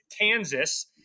Kansas